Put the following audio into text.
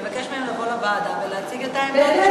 נבקש מהם לבוא לוועדה ולהציג את העמדה הזאת שלהם.